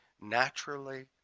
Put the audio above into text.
naturally